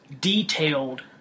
detailed